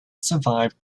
survived